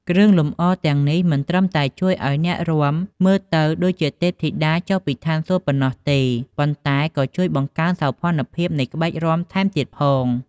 គ្រឿងលម្អទាំងនេះមិនត្រឹមតែជួយឱ្យអ្នករាំមើលទៅដូចជាទេពធីតាចុះពីឋានសួគ៌ប៉ុណ្ណោះទេ ប៉ុន្តែក៏ជួយបង្កើនសោភ័ណភាពនៃក្បាច់រាំថែមទៀតផង។